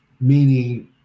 meaning